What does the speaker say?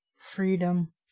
Freedom